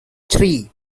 three